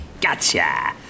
Gotcha